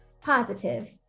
positive